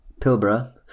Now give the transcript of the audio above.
pilbara